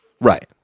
right